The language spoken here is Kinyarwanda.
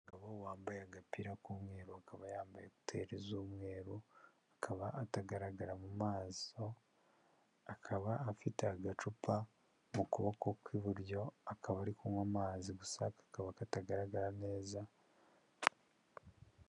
Umugabo wambaye agapira k'umweru akaba yambaye kuteri z'umweru akaba atagaragara mu maso, akaba afite agacupa mu kuboko kw'iburyo akaba ari kunywa amazi gusa kakaba katagaragara neza.